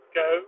go